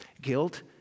Guilt